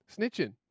Snitching